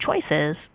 choices